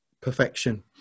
perfection